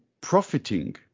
profiting